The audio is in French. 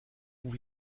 vous